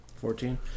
Fourteen